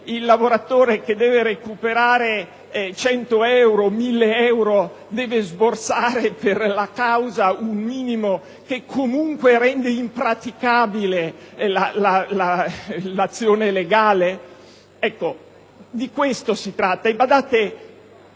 il lavoratore che deve recuperare 100 o 1.000 euro deve sborsare per la causa un minimo che comunque rende impraticabile l'azione legale? Di questo si tratta